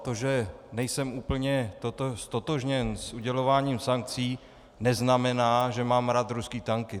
To, že nejsem úplně ztotožněn s udělováním sankcí, neznamená, že mám rád ruské tanky.